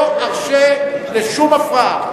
לא ארשה שום הפרעה.